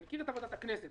אני מכיר את עבודת הכנסת,